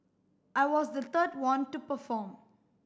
I was the third one to perform